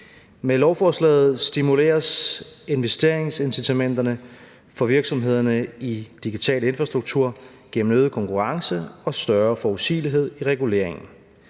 med lovforslaget investeringsincitamenterne for virksomhederne til digital infrastruktur, giver øget konkurrence og større forudsigelighed i reguleringen.